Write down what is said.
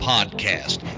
Podcast